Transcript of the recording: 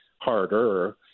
harder